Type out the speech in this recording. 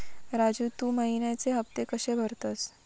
राजू, तू महिन्याचे हफ्ते कशे भरतंस?